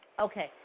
okay